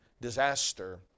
disaster